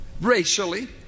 racially